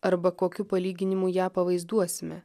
arba kokiu palyginimu ją pavaizduosime